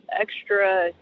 extra